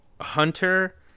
Hunter